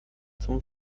zum